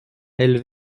elle